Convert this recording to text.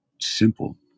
simple